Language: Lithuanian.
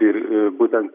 ir būtent